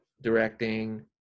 directing